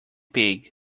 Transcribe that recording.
pig